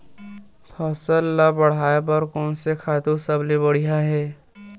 फसल ला बढ़ाए बर कोन से खातु सबले बढ़िया हे?